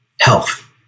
health